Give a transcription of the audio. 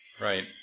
Right